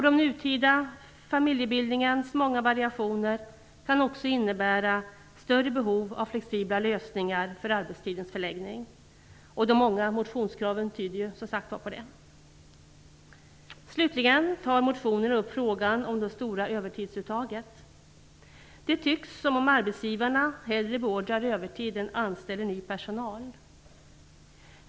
Den nutida familjebildningens många variationer kan också innebära större behov av flexibla lösningar för arbetstidens förläggning. De många motionskraven tyder, som sagt, på det. Slutligen tar man i motionerna upp frågan om det stora övertidsuttaget. Det tycks som om arbetsgivarna hellre beordrar övertid än anställer ny personal.